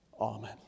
Amen